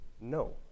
No